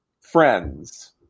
friends